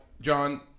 John